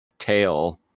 Tail